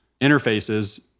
interfaces